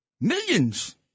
millions